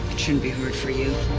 shouldn't be hard for you.